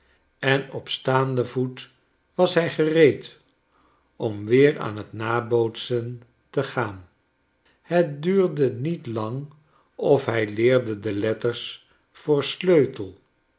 en op staanden voet was hi gereed om weer aan t nabootsen te gaan het duurde niet lang of hij leerde de letters voor sleutel